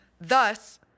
Thus